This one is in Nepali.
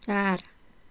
चार